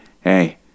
hey